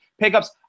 pickups